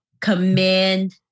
commend